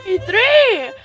Three